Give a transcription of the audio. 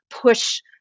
push